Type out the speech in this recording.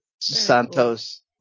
Santos